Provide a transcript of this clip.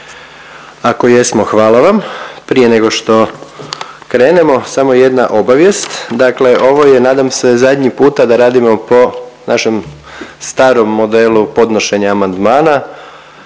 Ako jesmo hvala vam. Prije nego što krenemo samo jedna obavijest, dakle ovo je nadam se zadnji puta da radimo po našem starom modelu podnošenja amandmana.